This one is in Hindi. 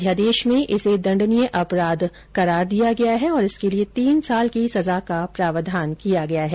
अध्यादेश में इसे दण्डनीय अपराध करार दिया गया है और इसके लिए तीन साल की सजा का प्रावधान किया गया है